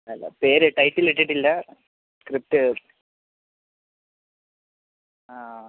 അല്ല പേര് ടൈറ്റിൽ ഇട്ടിട്ടില്ല സ്ക്രിപ്റ്റ് ആ